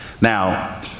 Now